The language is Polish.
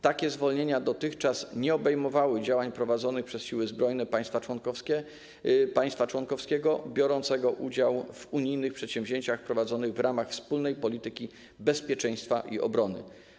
Takie zwolnienia dotychczas nie obejmowały działań prowadzonych przez siły zbrojne państwa członkowskiego biorące udział w unijnych przedsięwzięciach prowadzonych w ramach wspólnej polityki bezpieczeństwa i obrony.